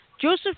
Joseph